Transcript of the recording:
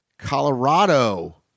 Colorado